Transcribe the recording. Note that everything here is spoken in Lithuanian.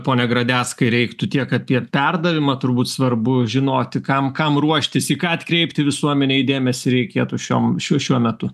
pone gradeckai reiktų tiek apie perdavimą turbūt svarbu žinoti kam kam ruoštis į ką atkreipti visuomenei dėmesį reikėtų šiom šiuo metu